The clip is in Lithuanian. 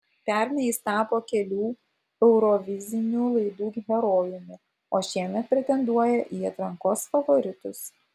pernai jis tapo kelių eurovizinių laidų herojumi o šiemet pretenduoja į atrankos favoritus